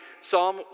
Psalm